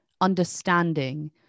understanding